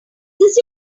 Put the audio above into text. this